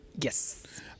Yes